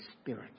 Spirit